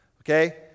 Okay